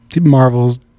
Marvel's